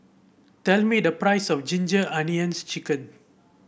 tell me the price of Ginger Onions chicken